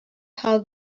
how